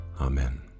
Amen